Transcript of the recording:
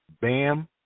Bam